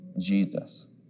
Jesus